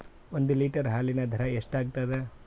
ಒಂದ್ ಲೀಟರ್ ಹಾಲಿನ ದರ ಎಷ್ಟ್ ಆಗತದ?